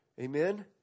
Amen